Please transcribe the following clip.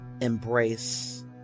embrace